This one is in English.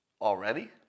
already